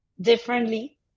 differently